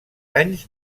anys